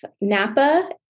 Napa